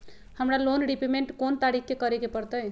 हमरा loan repayment कोन तारीख के करे के परतई?